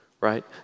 right